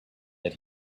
that